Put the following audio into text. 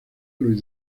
los